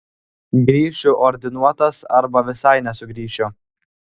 grįšiu ordinuotas arba visai nesugrįšiu